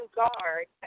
guard